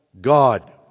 God